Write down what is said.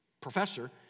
professor